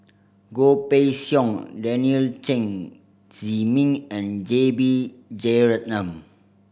Goh Pei Siong Daniel Chen Zhiming and J B Jeyaretnam